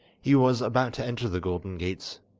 he was about to enter the golden gates,